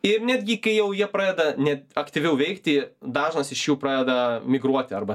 ir netgi kai jau jie pradeda ne aktyviau veikti dažnas iš jų pradeda migruoti arba